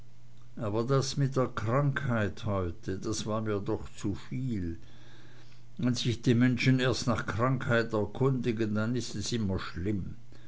aber das mit der krankheit heute das war mir doch zuviel wenn sich die menschen erst nach krankheit erkundigen dann ist es immer schlimm